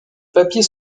papiers